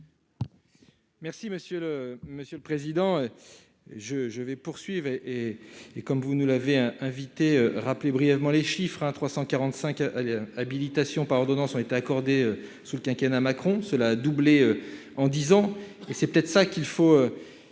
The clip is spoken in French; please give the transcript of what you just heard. le Monsieur le Président, je vais poursuivre et et et comme vous nous l'avez un invité rappeler brièvement les chiffres à 345 habilitation par ordonnances ont été accordés sous le quinquennat Macron cela a doublé en 10 ans et c'est peut-être ça qu'il faut,